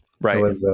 Right